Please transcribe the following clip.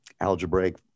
algebraic